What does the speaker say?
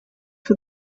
for